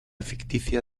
ficticia